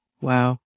Wow